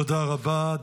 תודה רבה.